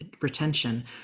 retention